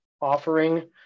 offering